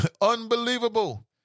Unbelievable